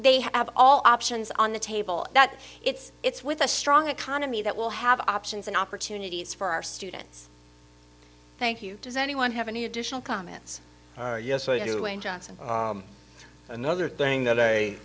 they have all options on the table that it's it's with a strong economy that will have options and opportunities for our students thank you does anyone have any additional comments yes i do in johnson another thing that